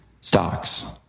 stocks